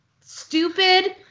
stupid